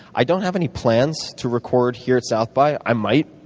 i don't have any plans to record here at south by. i might.